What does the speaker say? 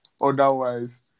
otherwise